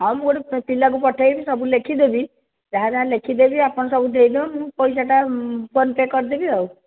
ହଁ ମୁଁ ଗୋଟେ ପିଲାକୁ ପଠାଇବି ସବୁ ଲେଖିଦେବି ଯାହା ଯାହା ଲେଖିଦେବି ଆପଣ ସବୁ ଦେଇଦେଉନ ମୁଁ ପଇସାଟା ଫୋନ୍ ପେ କରିଦେବି ଆଉ